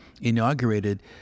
inaugurated